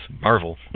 Marvel